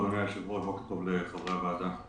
אדוני היושב-ראש, חברי הוועדה.